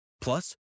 Plus